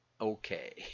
okay